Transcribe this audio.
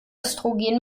östrogen